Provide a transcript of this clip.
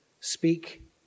speak